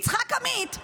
יצחק עמית,